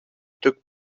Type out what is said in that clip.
took